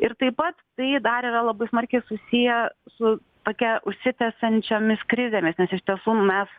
ir taip pat tai dar yra labai smarkiai susiję su tokia užsitęsiančiomis krizėmis nes iš tiesų mes